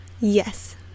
Yes